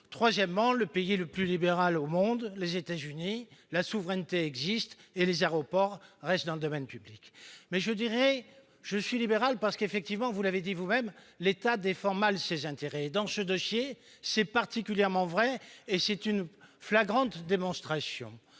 Troisièmement, dans le pays le plus libéral au monde, les États-Unis, la souveraineté existe et les aéroports restent dans le domaine public. Je dirai que je suis libéral parce que, vous l'avez dit vous-même, l'État défend mal ses intérêts. Dans ce dossier, ce constat est particulièrement vrai, et la démonstration